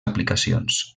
aplicacions